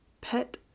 pet